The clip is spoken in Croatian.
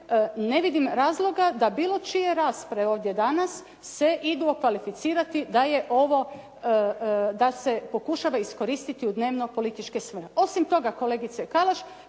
ne vidim razloga da bilo čija rasprava ovdje danas se idu okvalificirati da se pokušava iskoristiti u dnevno političke svrhe. Osim toga, kolegice Kalaš